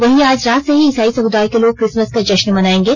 वहीं आज रात से ही ईसाई समुदाय के लोग क्रिसमस का जश्न मनायेगें